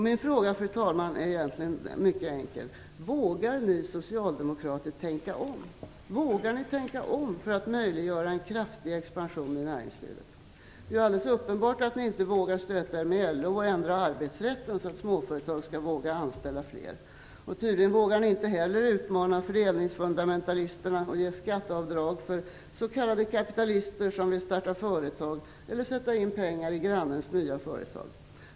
Min fråga, fru talman, är egentligen mycket enkel: Vågar ni socialdemokrater tänka om, vågar ni tänka om för att möjliggöra en kraftig expansion i näringslivet? Det är alldeles uppenbart att ni inte vågar stöta er med LO och ändra arbetsrätten så att småföretag vågar anställa fler. Tydligen vågar ni inte heller utmana fördelningsfundamentalisterna och ge skatteavdrag för s.k. kapitalister som vill starta företag eller sätta in pengar i grannens nya företag.